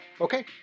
Okay